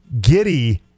Giddy